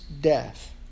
death